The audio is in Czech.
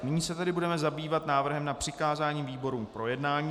Nyní se tedy budeme zabývat návrhem na přikázání výborům k projednání.